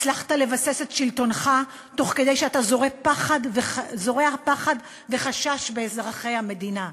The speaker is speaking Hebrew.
הצלחת לבסס את שלטונך תוך שאתה זורע פחד וחשש באזרחי המדינה.